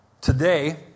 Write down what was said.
Today